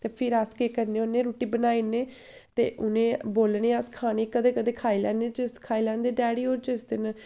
ते फिर अस केह् करने होन्नें रुट्टी बनाई 'ड़ने ते उ'नें गी बोलने अस खाने गी कदें कदें खाई लैने खाई लैंदे जिस्स खाई लैंदे डैडी होर जिस दिन